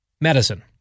Medicine